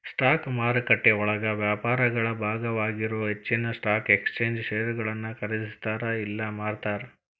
stock ಮಾರುಕಟ್ಟೆಯೊಳಗ ವ್ಯಾಪಾರಿಗಳ ಭಾಗವಾಗಿರೊ ಹೆಚ್ಚಿನ್ ಸ್ಟಾಕ್ ಎಕ್ಸ್ಚೇಂಜ್ ಷೇರುಗಳನ್ನ ಖರೇದಿಸ್ತಾರ ಇಲ್ಲಾ ಮಾರ್ತಾರ